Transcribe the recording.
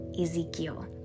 Ezekiel